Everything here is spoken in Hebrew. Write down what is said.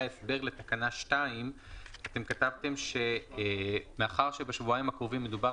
ההסבר לתקנה 2. כתבתם שמאחר שבשבועיים הקרובים מדובר